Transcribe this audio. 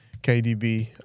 kdb